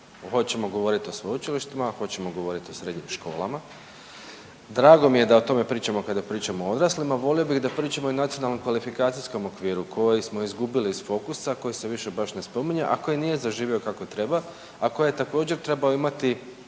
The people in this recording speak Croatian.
hoćemo govoriti o sveučilištima, hoćemo govoriti o srednjim školama. Drago mi je da o tome pričamo kada pričamo o odraslima, volio bih da pričamo i HKO-u koji smo izgubili iz fokusa koji se više baš ne spominje, a koji nije zaživio kako treba, a koji je također trebao imati